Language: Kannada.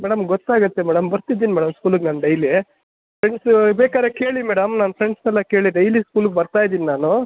ಮೇಡಮ್ ಗೊತ್ತಾಗುತ್ತೆ ಮೇಡಮ್ ಬರ್ತಾ ಇದೀನ್ ಮೇಡಮ್ ಸ್ಕೂಲಿಗೆ ನಾನು ಡೈಲಿ ಫ್ರೆಂಡ್ಸ್ ಬೇಕಾದ್ರೆ ಕೇಳಿ ಮೇಡಮ್ ನನ್ನ ಫ್ರೆಂಡ್ಸನ್ನೆಲ್ಲ ಕೇಳಿ ಡೈಲಿ ಸ್ಕೂಲಿಗೆ ಬರ್ತಾ ಇದೀನ್ ನಾನು